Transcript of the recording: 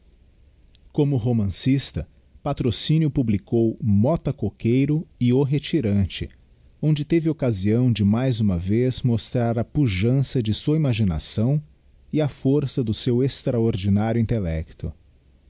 como romancista patrocínio publicou motta coqueiro e o retirante onde teve occasião de mais uma vez mostrar a pujança de sua imaginação e a força do seu extraordinário intellecto